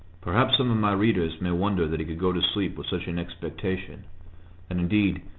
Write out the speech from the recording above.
perhaps some of my readers may wonder that he could go to sleep with such an expectation and, indeed,